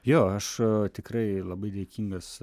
jo aš tikrai labai dėkingas